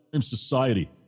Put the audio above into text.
society